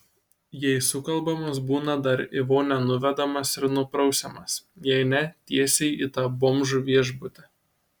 jei sukalbamas būna dar į vonią nuvedamas ir nuprausiamas jei ne tiesiai į tą bomžų viešbutį